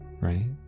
Right